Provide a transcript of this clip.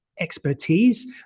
expertise